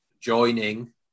joining